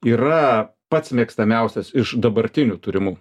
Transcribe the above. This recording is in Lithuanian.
yra pats mėgstamiausias iš dabartinių turimų